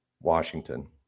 Washington